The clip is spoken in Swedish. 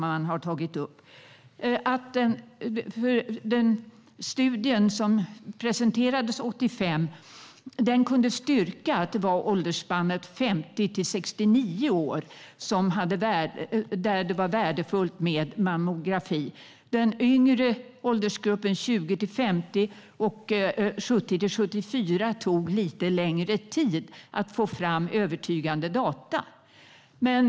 Den studie som presenterades 1985 kunde styrka att det var i åldersspannet 50-69 år som det var värdefullt med mammografi. För den yngre åldersgruppen 20-50 och den äldre åldersgruppen 70-74 tog det lite längre tid att få fram övertygande data.